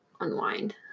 unwind